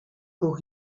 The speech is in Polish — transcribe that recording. ruch